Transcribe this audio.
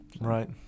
Right